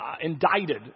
indicted